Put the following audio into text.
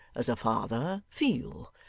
as a father, feel,